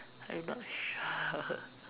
I'm not sure